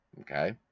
Okay